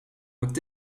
wordt